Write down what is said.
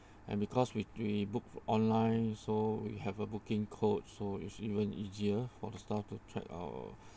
and because we we books online so we have a booking code so it's even easier for the staff to check our